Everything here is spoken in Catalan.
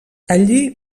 allí